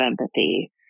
empathy